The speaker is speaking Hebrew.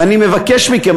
ואני מבקש מכם,